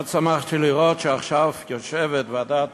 מאוד שמחתי לראות שעכשיו יושבת ועדת